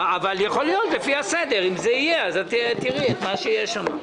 מאחר ואנחנו עמוסי עבודה בקדנציה הזאת אז זה עוד כלי פרלמנטרי.